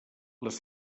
les